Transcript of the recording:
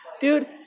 dude